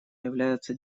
являются